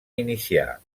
iniciar